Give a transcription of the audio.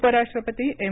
उपराष्ट्रपती एम